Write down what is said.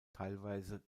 teilweise